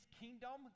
kingdom